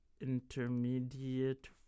intermediate